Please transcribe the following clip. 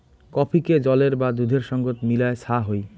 কফিকে জলের বা দুধের সঙ্গত মিলায় ছা হই